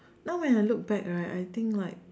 now when I look back right I think like